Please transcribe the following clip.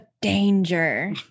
danger